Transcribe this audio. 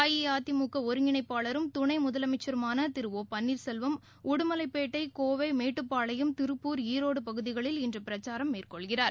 அஇஅதிமுக ஒருங்கிணைப்பாளரும் துணை முதலமைச்சருமான திரு ஒ பன்ளீர்செல்வம் உடுமலைபேட்டை கோவை மேட்டுப்பாளையம் திருப்பூர் ஈரோடு பகுதிகளில் இன்று பிரக்சாரம் மேற்கொள்கிறார்